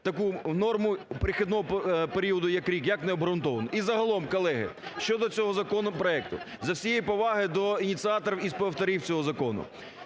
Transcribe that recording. таку норму перехідного періоду, як рік як необґрунтовану. І загалом, колеги, щодо цього законопроекту. З усією повагою до ініціаторів і співавторів цього закону,